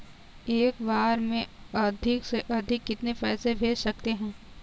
एक बार में अधिक से अधिक कितने पैसे भेज सकते हैं?